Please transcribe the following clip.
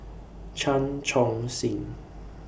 Chan Chun Sing